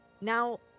Now